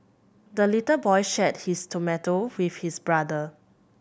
the little boy shared his tomato with his brother